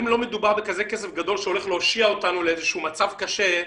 אם לא מדובר בכזה כסף גדול שהולך להושיע אותנו מאיזה שהוא מצב קשה,